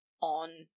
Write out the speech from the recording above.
on